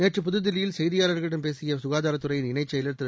நேற்று புதுதில்லியில் செய்தியாளர்களிடம் பேசியசுகாதாரத்துறையின் இணைச் செயலர் திரு